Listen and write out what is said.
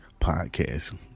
podcast